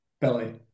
Billy